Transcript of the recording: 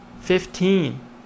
Fifteen